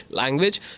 language